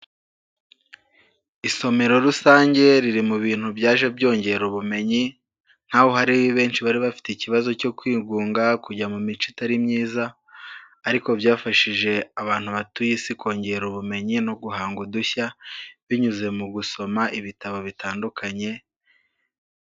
Isomero rusange riri mu bintu byaje byongera ubumenyi nkaho hariho benshi bari bafite ikibazo cyo kwigunga, kujya mu mico itari myiza ariko byafashije abantu batuye Isi kongera ubumenyi no guhanga udushya, binyuze mu gusoma ibitabo bitandukanye.